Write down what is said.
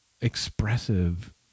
expressive